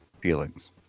feelings